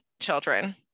children